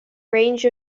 range